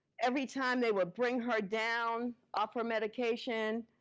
every time they would bring her down off her medication,